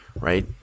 right